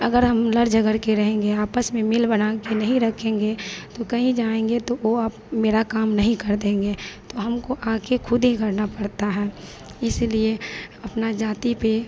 अगर हम लड़ झगड़कर रहेंगे आपस में मिल बनाकर नहीं रखेंगे तो कहीं जाएँगे तो वह आप मेरा काम नहीं कर देंगे तो हमको आकर ख़ुद ही करना पड़ता है इसलिए अपनी जाति पर